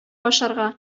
ашарга